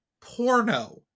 porno